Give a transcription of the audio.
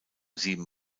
sieben